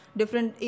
different